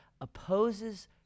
opposes